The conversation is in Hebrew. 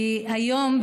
כי היום,